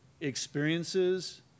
experiences